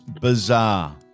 bizarre